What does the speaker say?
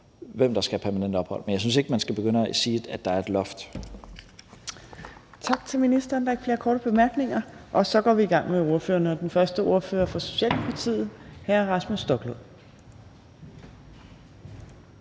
hvem der skal have permanent ophold, men jeg synes ikke, at man skal begynde at sige, at der er et loft. Kl. 15:19 Tredje næstformand (Trine Torp): Tak til ministeren. Der er ikke flere korte bemærkninger, og så går vi i gang med ordførerne, og den første ordfører er fra Socialdemokratiet, og det er hr. Rasmus Stoklund.